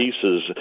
pieces